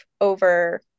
over